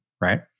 Right